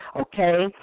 okay